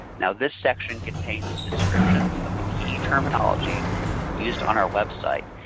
now this section contains descriptions of the key terminology used on our website.